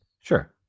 sure